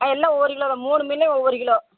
ஆ எல்லாம் ஒவ்வொரு கிலோ தான் மூணு மீன்லேயும் ஒவ்வொரு கிலோ